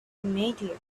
immediately